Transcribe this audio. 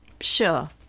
Sure